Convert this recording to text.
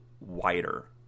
wider